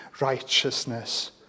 righteousness